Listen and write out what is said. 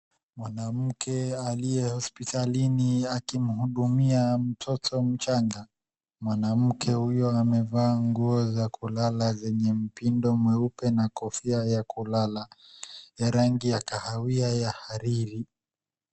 Mwanamke aliye hospitalini akimhudumia mtoto mchanga mwanamke huyu amevaa nguo za kulala zenye mpindo mweupe na kofia ya kulala ya rangi ya kahawia ya hariri .